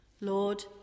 Lord